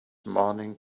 morning